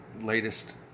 latest